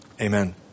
Amen